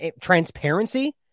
transparency